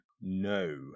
No